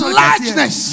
largeness